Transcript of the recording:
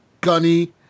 Gunny